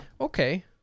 Okay